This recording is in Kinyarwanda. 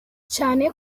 cyane